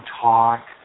talk